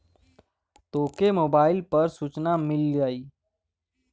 तोके मोबाइल पर सूचना मिल जाई